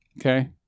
Okay